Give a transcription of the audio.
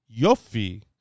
Yofi